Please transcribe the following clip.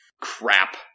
Crap